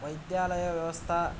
वैद्यालय व्यवस्था